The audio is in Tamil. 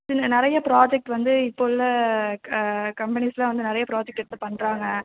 இதில் நிறைய ப்ராஜக்ட் வந்து இப்போ உள்ள க கம்பனீஸில் வந்து நிறையா ப்ராஜக்ட் எடுத்துப் பண்ணுறாங்க